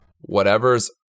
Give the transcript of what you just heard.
whatever's